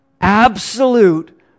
absolute